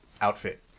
outfit